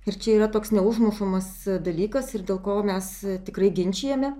ir čia yra toks neužmušamas dalykas ir dėl ko mes tikrai ginčijame